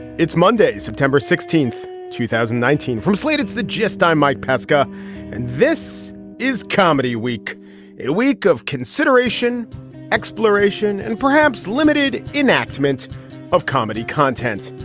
it's monday september sixteenth two thousand and nineteen from slated to just die mike pesca and this is comedy week a week of consideration exploration and perhaps limited enactment of comedy content.